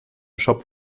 schopf